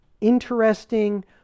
interesting